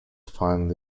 finally